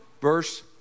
verse